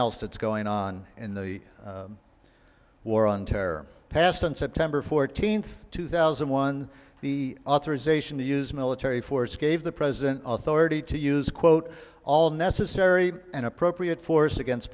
else that's going on in the war on terror passed on september fourteenth two thousand and one the authorization to use military force gave the president authority to use quote all necessary and appropriate force against